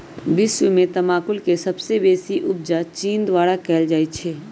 विश्व में तमाकुल के सबसे बेसी उपजा चीन द्वारा कयल जाइ छै